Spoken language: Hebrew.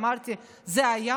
אמרתי: זה היה?